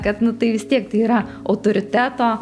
kad nu tai vis tiek tai yra autoriteto